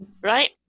Right